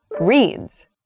reads